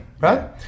right